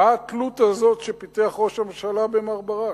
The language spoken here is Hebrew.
מה התלות הזאת שפיתח ראש הממשלה במר ברק?